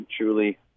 truly